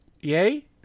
Yay